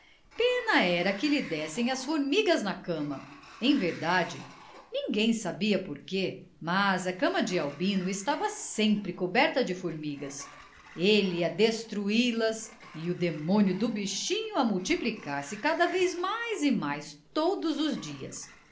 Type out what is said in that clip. pena era que lhe dessem as formigas na cama em verdade ninguém sabia por que mas a cama de albino estava sempre coberta de formigas ele a destruí las e o demônio do bichinho a multiplicar se cada vez mais e mais todos os dias